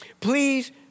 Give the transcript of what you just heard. Please